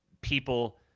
people